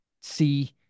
see